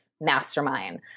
mastermind